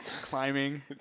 Climbing